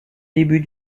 début